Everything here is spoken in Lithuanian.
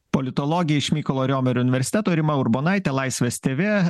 politologė iš mykolo riomerio universiteto rima urbonaitė laisvės tv